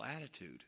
attitude